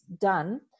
done